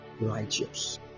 righteous